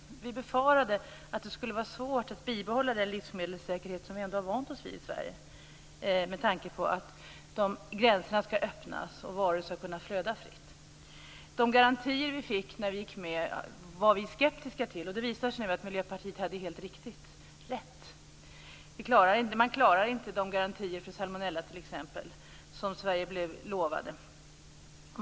Vi befarade att det skulle bli svårt att behålla den livsmedelssäkerhet som vi i Sverige ändå har vant oss vid; detta med tanke på att gränserna skall öppnas och varor skall kunna flöda fritt. De garantier som Sverige fick i och med medlemskapet i EU var vi skeptiska till. Det visar sig nu att vi i Miljöpartiet hade helt rätt. Man klarar inte t.ex. de garantier för salmonella som Sverige utlovades.